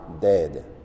dead